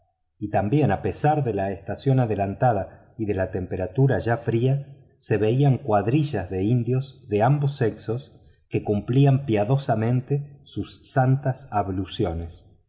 y también a pesar de la estación adelantada y de la temperatura ya fría se veían cuadrillas de indios de ambos sexos que cumplían piadosamente sus santas abluciones